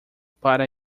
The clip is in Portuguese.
para